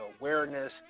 awareness